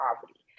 poverty